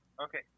Okay